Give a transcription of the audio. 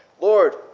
Lord